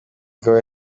mugabo